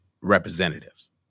representatives